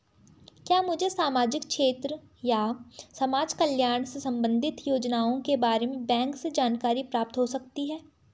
क्या मुझे सामाजिक क्षेत्र या समाजकल्याण से संबंधित योजनाओं के बारे में बैंक से जानकारी प्राप्त हो सकती है?